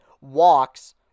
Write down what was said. walks